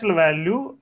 value